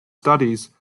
studies